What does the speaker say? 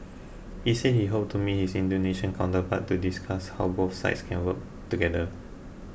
he said he hoped to meet his Indonesian counterpart to discuss how both sides can work together